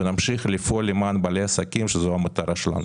ונמשיך לפעול למען בעלי עסקים שזו המטרה שלנו.